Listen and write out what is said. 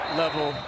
level